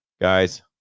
Guys